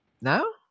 no